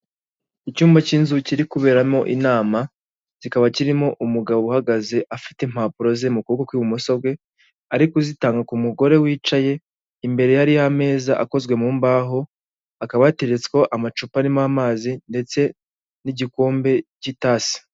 Icyumba cy'inzu kiri kuberamo inama kikaba kirimo umugabo uhagaze afite impapuro ze mu kuboko kw'ibumoso bwe. Ari kuzitanga ku mugore wicaye imbere ye hari ameza akozwe mu mbaho akaba ateretswe amacupa arimo amazi ndetse n'igikombe k'itasi.